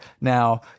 now